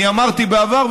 אני אמרתי בעבר,